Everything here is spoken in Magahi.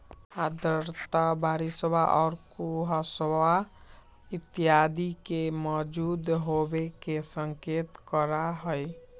आर्द्रता बरिशवा और कुहसवा इत्यादि के मौजूद होवे के संकेत करा हई